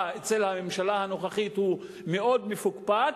אצל הממשלה הנוכחית הוא מאוד מפוקפק,